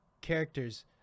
characters